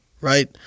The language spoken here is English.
right